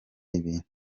ibintu